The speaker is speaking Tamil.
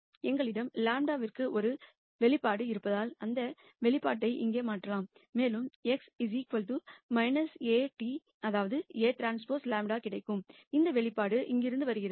இப்போது எங்களிடம் λ க்கு ஒரு எக்ஸ்பிரேசன் இருப்பதால் அந்த எக்ஸ்பிரேசன் இங்கே மாற்றலாம் மேலும் x Aᵀ λ கிடைக்கும் இந்த அவுட்புட் இங்கிருந்து வருகிறது